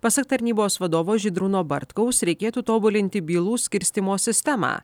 pasak tarnybos vadovo žydrūno bartkaus reikėtų tobulinti bylų skirstymo sistemą